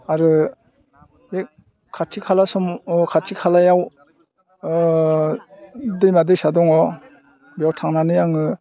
आरो बे खाथि खाला सम खाथि खालायाव दैमा दैसा दङ बेयाव थांनानै आङो